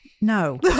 No